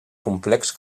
complex